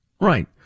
right